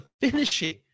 finishing